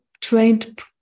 trained